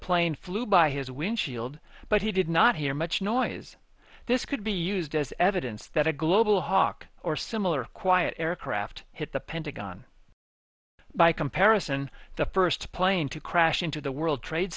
plane flew by his windshield but he did not hear much noise this could be used as evidence that a global hawk or similar quiet aircraft hit the pentagon by comparison the first plane to crash into the world trade